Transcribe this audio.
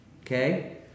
Okay